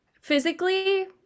physically